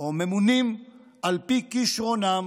או ממונים על פי כישרונם.